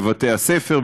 בבתי-הספר,